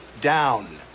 down